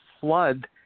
flood